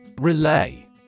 Relay